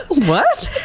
what!